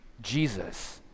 Jesus